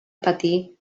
patir